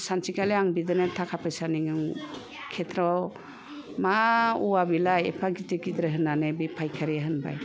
सानसेखालि आं बिदिनो थाखा फैसानि केथ्रआव मा औवा बेलाय एफा गिदिर गिदिर होननानै बे फायखारिया होनबाय